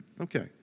Okay